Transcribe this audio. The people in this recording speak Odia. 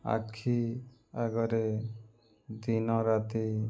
ଆଖି ଆଗରେ ଦିନ ରାତି